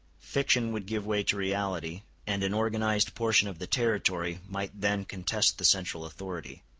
fiction would give way to reality, and an organized portion of the territory might then contest the central authority.